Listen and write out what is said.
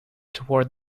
toward